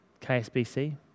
KSBC